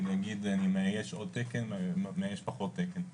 להגיד אני מאייש עוד תקן מאייש פחות תקן.